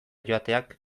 joateak